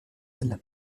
elle